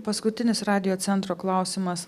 paskutinis radijo centro klausimas